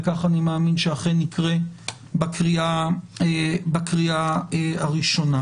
וכך אני מאמין שאכן יקרה בקריאה הראשונה.